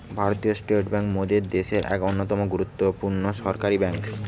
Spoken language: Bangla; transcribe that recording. ভারতীয় স্টেট বেঙ্ক মোদের দ্যাশের এক অন্যতম গুরুত্বপূর্ণ সরকারি বেঙ্ক